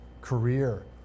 career